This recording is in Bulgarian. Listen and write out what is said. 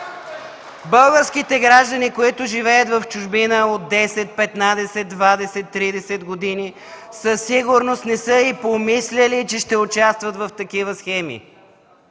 българските граждани, които живеят в чужбина от 10-15-20-30 години със сигурност не са и помисляли, че ще участват в такива схеми.